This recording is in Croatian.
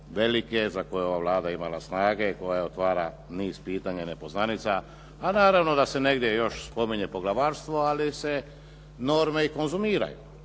velike za koju je ova Vlada imala snage i koja otvara niz pitanja i nepoznanica, a naravno da se negdje još spominje poglavarstvo, ali se norme i konzumiraju.